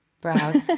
brows